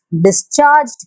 discharged